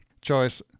choice